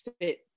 fit